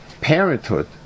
parenthood